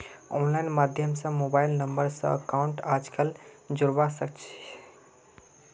online माध्यम स mobile number स अकाउंटक आजकल जोडवा सके छी